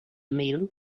meal